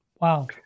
Wow